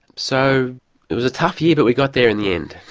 so it was a tough year but we got there in the end.